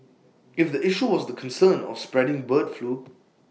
if the issue was the concern of spreading bird flu